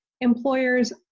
employers